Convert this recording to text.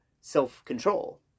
self-control